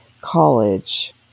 college